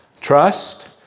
Trust